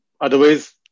otherwise